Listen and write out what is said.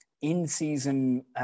in-season